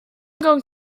going